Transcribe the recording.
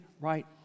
right